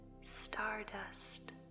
stardust